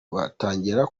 batangira